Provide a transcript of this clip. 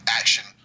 action